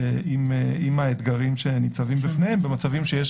עם האתגרים שניצבים בפניהם במצבים שיש